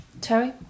Terry